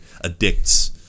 addicts